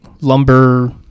lumber